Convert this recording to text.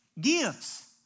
gifts